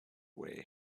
way